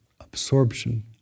absorption